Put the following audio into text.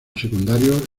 secundarios